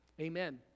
Amen